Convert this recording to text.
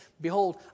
behold